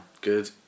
Good